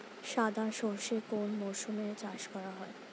সাদা সর্ষে কোন মরশুমে চাষ করা হয়?